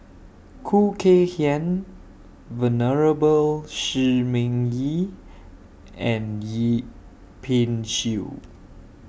Khoo Kay Hian Venerable Shi Ming Yi and Yip Pin Xiu